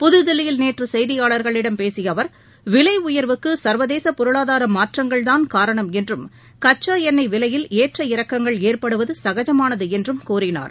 புதுதில்லியில் நேற்று செய்தியாளர்களிடம் பேசிய அவர் விலை உயர்வுக்கு சர்வதேச பொருளாதார மாற்றங்கள்தான் காரணம் என்றும் கச்சா எண்ணெய் விவையில் ஏற்ற இறக்கங்கள் ஏற்படுவது சஜகமானது என்றும் கூறினார்